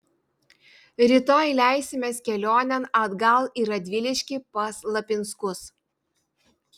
rytoj leisimės kelionėn atgal į radviliškį pas lapinskus